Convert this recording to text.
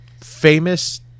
famous